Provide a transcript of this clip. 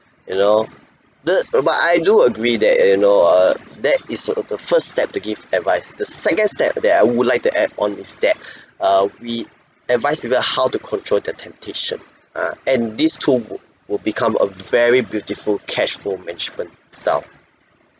you know the but I do agree that you know uh that is a the first step to give advice the second step that I would like to add on it that uh we advise people how to control the temptation ah and these tools will become a very beautiful cashflow management style